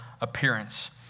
appearance